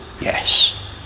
Yes